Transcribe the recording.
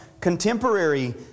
contemporary